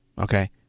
Okay